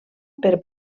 per